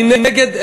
אני נגד,